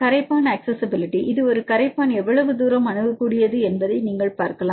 கரைப்பான் அக்சஸிஸிபிலிட்டி இது ஒரு கரைப்பான் எவ்வளவு தூரம் அணுகக்கூடியது என்பதை நீங்கள் பார்க்கலாம்